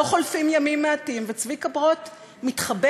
לא חולפים ימים מעטים וצביקה ברוט מתחבק